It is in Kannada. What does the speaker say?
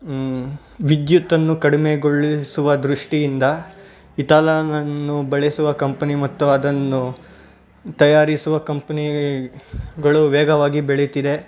ವಿದ್ಯುತ್ತನ್ನು ಕಡಿಮೆಗೊಳಿಸುವ ದೃಷ್ಟಿಯಿಂದ ಇಥೆಲಾನನ್ನು ಬಳಸುವ ಕಂಪನಿ ಮತ್ತು ಅದನ್ನು ತಯಾರಿಸುವ ಕಂಪ್ನಿಗಳು ವೇಗವಾಗಿ ಬೆಳೆಯುತ್ತಿದೆ